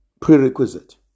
prerequisite